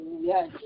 Yes